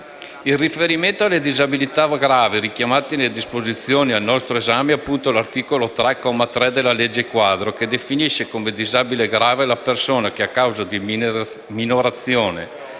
Il riferimento alle disabilità gravi - richiamato nelle disposizioni al nostro esame - è appunto all'articolo 3, comma 3, della legge-quadro, che definisce come disabile grave la persona che, a causa di «minorazione,